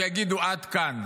שיגידו: עד כאן.